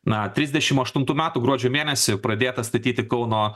na trisdešimt aštuntų metų gruodžio mėnesį pradėta statyti kauno